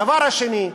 הדבר השני,